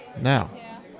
Now